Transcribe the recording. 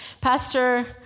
Pastor